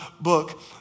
book